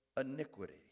iniquity